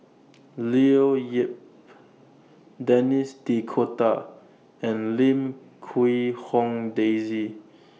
Leo Yip Denis D'Cotta and Lim Quee Hong Daisy